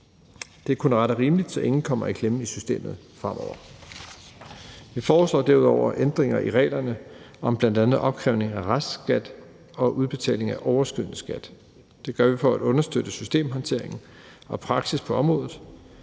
er kun ret og rimeligt, så ingen kommer i klemme i systemet fremover. Vi foreslår derudover ændringer i reglerne om bl.a. opkrævning af restskat og udbetaling af overskydende skat. Det gør vi for at understøtte systemhåndteringen og praksis på området.